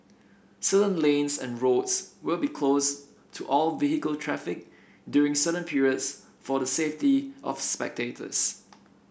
certain lanes and roads will be closed to all vehicle traffic during certain periods for the safety of spectators